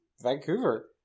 vancouver